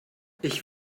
ich